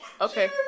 Okay